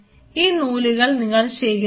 ആ നൂലുകൾ നിങ്ങൾ ശേഖരിക്കുക